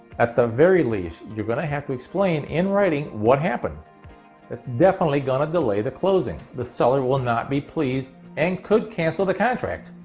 at the very least, you're gonna have to explain in writing what happened. i's definitely gonna delay the closing. the seller will not be pleased and could cancel the contract.